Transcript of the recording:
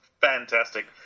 fantastic